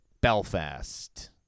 Belfast